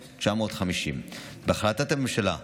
התש"י 1950. בהחלטת הממשלה מס'